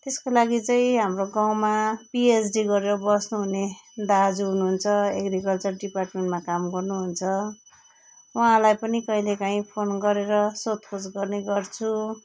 त्यसको लागि चाहिँ हाम्रो गाउँमा पिएचडी गरेर बस्नुहुने दाजु हुनुहुन्छ एग्रिकल्चर डिपार्टमेन्टमा काम गर्नुहुन्छ उहाँलाई पनि कहिँले कहीँ फोन गरेर सोधखोज गर्ने गर्छु